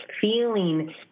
feeling